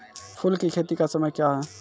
फुल की खेती का समय क्या हैं?